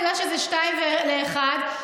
תראה שזה שניים לאחד,